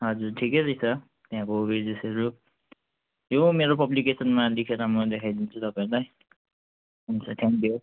हजुर ठिकै रहेछ त्यहाँको वेजेसहरू यो मेरो पब्लिकेसनमा लेखेर म देखाइ दिन्छु तपाईँहरूलाई हुन्छ थ्याङ्कयु